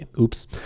oops